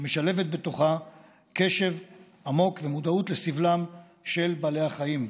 שמשלבת בתוכה קשב עמוק ומודעות לסבלם של בעלי החיים.